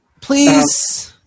Please